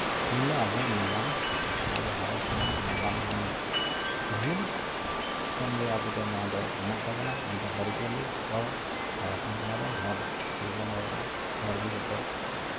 ᱛᱮᱦᱮᱧ ᱫᱚ ᱟᱵᱚᱣᱟᱜ ᱱᱟᱜᱟᱢ ᱟᱵᱚ ᱦᱚᱲ ᱥᱚᱢᱟᱡᱽ ᱱᱟᱜᱟᱢ ᱵᱚᱱ ᱯᱟᱹᱦᱤᱞ ᱠᱷᱚᱱᱜᱮ ᱟᱵᱚ ᱫᱚ ᱱᱚᱣᱟ ᱫᱚ ᱢᱮᱱᱟᱜ ᱛᱟᱵᱚᱱᱟ ᱢᱮᱱᱠᱷᱟᱱ ᱟᱹᱨᱤᱪᱟᱹᱞᱤ ᱦᱚᱲ ᱦᱚᱲ ᱦᱚᱯᱚᱱ ᱠᱟᱱᱟ ᱵᱚᱱ ᱦᱚᱲ ᱛᱮᱜᱮ ᱵᱚᱱ ᱨᱚᱲᱫᱟ ᱦᱚᱲᱜᱮ ᱡᱚᱛᱚ